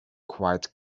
quite